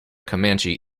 comanche